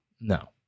no